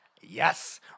yes